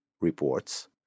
reports